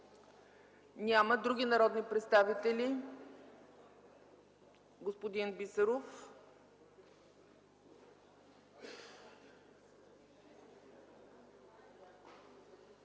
Няма. Други народни представители? Господин Петков.